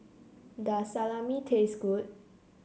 does Salami taste good